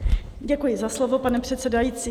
Děkuji za slovo, pane předsedající.